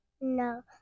No